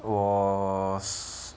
was